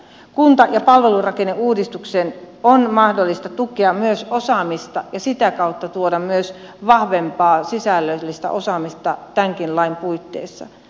kunta ja palvelurakenneuudistuksen on mahdollista tukea myös osaamista ja sitä kautta tuoda myös vahvempaa sisällöllistä osaamista tämänkin lain puitteissa